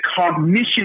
cognition